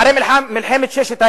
אחרי מלחמת ששת הימים.